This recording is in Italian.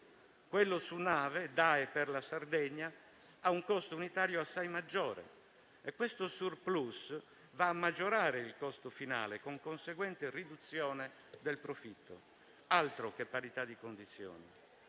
quello su nave da e per la Sardegna ha un costo unitario assai maggiore e questo *surplus* va a maggiorare il costo finale, con conseguente riduzione del profitto. Altro che parità di condizioni!